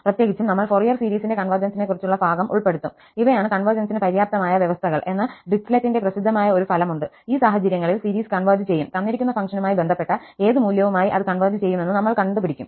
പ്രത്യേകിച്ചും നമ്മൾ ഫൊറിയർ സീരീസിന്റെ കൺവെർജൻസിനെക്കുറിച്ചുള്ള ഭാഗം ഉൾപ്പെടുത്തും ഇവയാണ് കൺവെർജൻസിന് പര്യാപ്തമായ വ്യവസ്ഥകൾ എന്ന ഡിറിച്ലെറ്റിന്റെ പ്രസിദ്ധമായ ഒരു ഫലമുണ്ട് ഈ സാഹചര്യങ്ങളിൽ സീരീസ് കൺവെർജ് ചെയ്യും തന്നിരിക്കുന്ന ഫംഗ്ഷനുമായി ബന്ധപ്പെട്ട ഏത് മൂല്യവുമായി അത് കൺവെർജ് ചെയ്യുമെന്ന് നമ്മൾ കണ്ടുപിടിക്കും